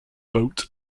boat